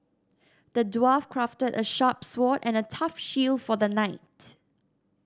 the dwarf crafted a sharp sword and a tough shield for the knight